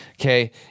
Okay